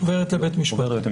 עוברת לבית המשפט.